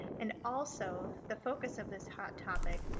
and also, the focus of this hot topic,